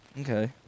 Okay